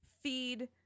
feed